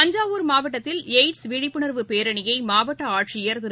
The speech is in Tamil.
தஞ்சாவூர் மாவட்டத்தில் எய்ட்ஸ் விழிப்புணர்வு பேரணியைமாவட்ட ஆட்சியர் திரு